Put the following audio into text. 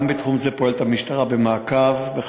גם בתחום זה פועלת המשטרה במעקב מודיעיני